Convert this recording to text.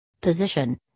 position